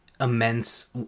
immense